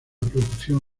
producción